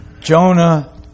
Jonah